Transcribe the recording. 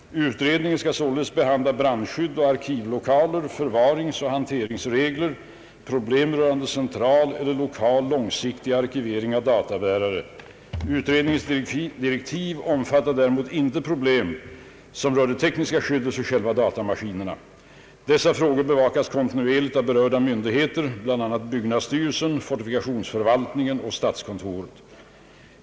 Utredningen skall således behandla brandskydd och arkivlokaler, förvaringsoch hanteringsregler samt problem rörande central eller lokal långsiktig arkivering av databärare. Utredningens direktiv omfattar däremot inte problem som rör det tekniska skyddet för själva datamaskinerna. Dessa frågor bevakas kontinuerligt av berörda myndigheter, bl.a. byggnadsstyrelsen, fortifikationsförvaltningen och statskontoret.